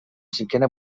cinquena